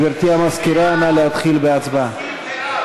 גברתי המזכירה, נא להתחיל בהצבעה.